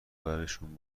برشون